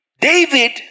David